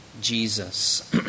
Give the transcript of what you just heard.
Jesus